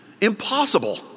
Impossible